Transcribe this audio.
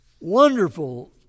Wonderful